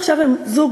עכשיו הם זוג.